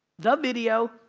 the video,